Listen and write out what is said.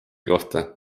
kohta